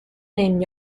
named